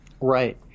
Right